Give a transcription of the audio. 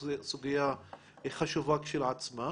זאת סוגיה חשובה כשלעצמה.